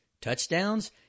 touchdowns